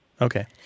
Okay